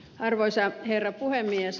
arvoisa herra puhemies